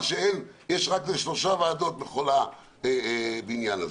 מה שיש רק לשלוש ועדות בכל הבניין הזה,